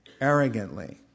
arrogantly